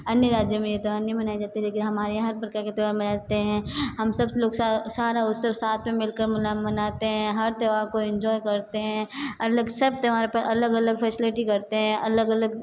अन्य राज्यों में ये त्यौहार नहीं मनाए जाते हैं लेकिन हमारे यहाँ हर प्रकार के त्यौहार मनाए जाते हैं हम सब लोग सारे अवसर साथ में मिलकर मना मनाते हैं हर त्यौहार को इंजॉय करते हैं अलग सब त्यौहार पर अलग अलग फ़ैसलिटी करते हैं अलग अलग